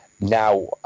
now